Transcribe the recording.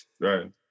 Right